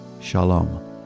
Shalom